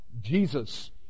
Jesus